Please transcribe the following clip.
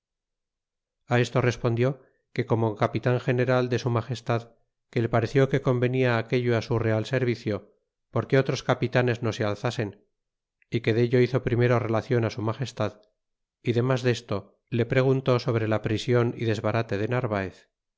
a esto respondió que como capital general de su magestad que le pareció que convenia aquello su real servicio porque otros capitanes no se alzasen y que dello hizo primero relacion su magestad y demas desto le preguntó sobre la prision y desbarate de narvaez